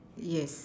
yes